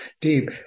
deep